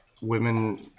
women